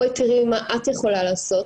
בואי תראי מה את יכולה לעשות,